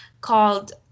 called